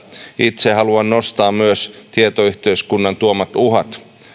itse haluan nostaa myös tietoyhteiskunnan tuomat uhat